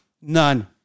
None